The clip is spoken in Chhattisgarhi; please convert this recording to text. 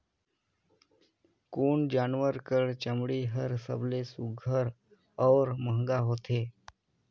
कोन जानवर कर चमड़ी हर सबले सुघ्घर और महंगा होथे?